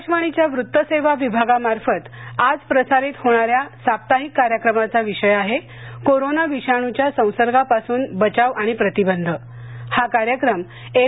आकाशवाणीच्या वृत्त सेवा विभागामार्फत आज प्रसारित होणाऱ्या साप्ताहिक कार्यक्रमाचा विषय आहे कोरोना विषाणूच्या संसर्गा पासून बचाव आणि प्रतिबंध हा कार्यक्रम एफ